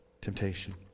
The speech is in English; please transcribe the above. temptation